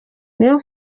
niyo